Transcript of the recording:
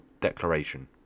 Declaration